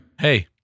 Hey